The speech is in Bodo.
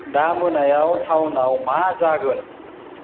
दा मोनायाव थाउनाव मा जागोन